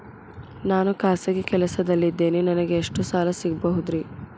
ನಾನು ಖಾಸಗಿ ಕೆಲಸದಲ್ಲಿದ್ದೇನೆ ನನಗೆ ಎಷ್ಟು ಸಾಲ ಸಿಗಬಹುದ್ರಿ?